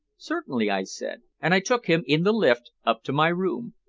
certainly, i said, and i took him in the lift up to my room.